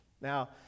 Now